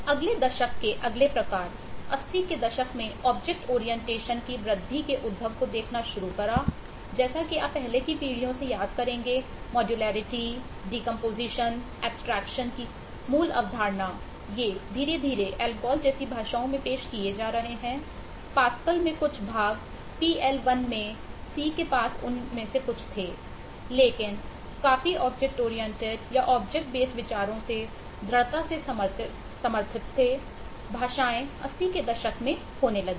अगले दशक के अगले प्रकार 80 के दशक में ऑब्जेक्ट ओरियंटेशन विचारों से दृढ़ता से समर्थित थे भाषाएं 80 के दशक में होने लगीं